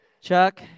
Chuck